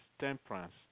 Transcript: temperance